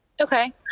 Okay